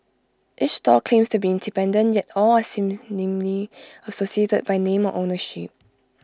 each stall claims to be independent yet all are seemingly associated by name or ownership